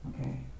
Okay